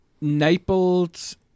Naples